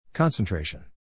Concentration